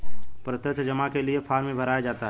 प्रत्यक्ष जमा के लिये फ़ार्म भी भराया जाता है